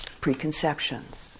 preconceptions